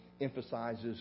emphasizes